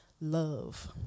love